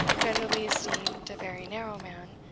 generally esteemed a very narrow man,